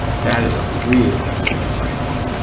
that is a really, really great one.